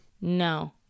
No